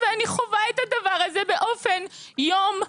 ואני חווה את הדבר הזה באופן יומיומי.